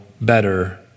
better